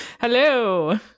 Hello